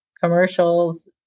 commercials